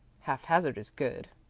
haphazard is good,